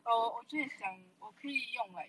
but 我可以讲我可以用 like